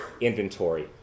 inventory